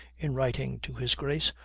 in writing, to his grace,